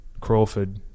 Crawford